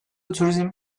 turizm